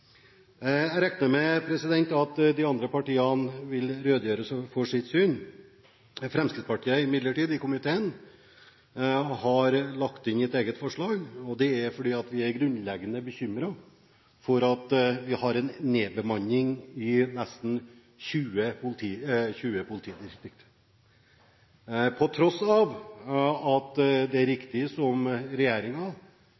Jeg regner med at de andre partiene vil redegjøre for sitt syn. Fremskrittspartiet har imidlertid lagt inn et eget forslag, fordi vi er grunnleggende bekymret for at vi har en nedbemanning i nesten 20 politidistrikt. På tross av at det er